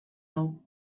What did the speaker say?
hau